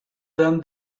than